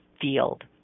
field